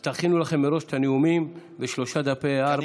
אז תכינו לכם מראש את הנאומים בשלושה דפי A4,